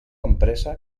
empresa